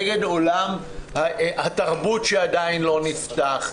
נגד עולם התרבות שעדיין לא נפתח.